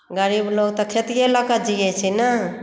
गरीब लोक तऽ खेतिए लऽ कऽ जियैत छै ने